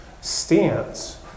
stance